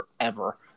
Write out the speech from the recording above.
forever